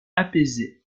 apaisée